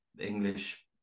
English